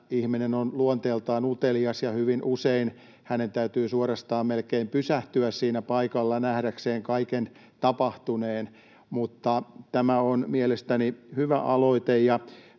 ihminen on luonteeltaan utelias ja hyvin usein hänen täytyy suorastaan melkein pysähtyä siinä paikalla nähdäkseen kaiken tapahtuneen. Tämä on mielestäni hyvä aloite.